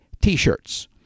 t-shirts